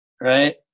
right